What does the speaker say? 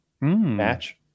match